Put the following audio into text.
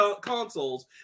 consoles